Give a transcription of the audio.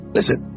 Listen